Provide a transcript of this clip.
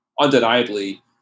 undeniably